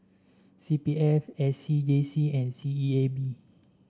C P F A C J C and S E A B